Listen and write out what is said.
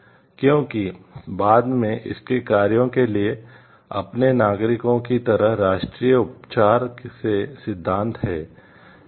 क्योंकि बाद में इसके कार्यों के लिए अपने नागरिकों की तरह राष्ट्रीय उपचार के सिद्धांत हैं